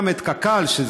גם קק"ל מגיעה,